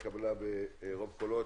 ההצעה התקבלה ברוב קולות.